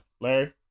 Larry